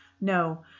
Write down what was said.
No